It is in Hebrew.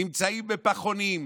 נמצאים בפחונים,